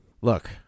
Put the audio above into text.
Look